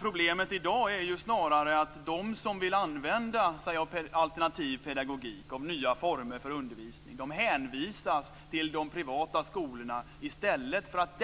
Problemet i dag är snarare att de som vill använda sig av alternativ pedagogik och nya former av undervisning hänvisas till de privata skolorna i stället för att